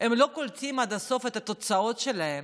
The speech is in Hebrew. הם לא קולטים עד הסוף את התוצאות שלו.